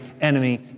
enemy